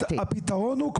הפתרון הוא,